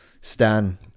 Stan